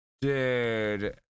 dude